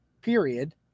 period